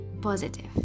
positive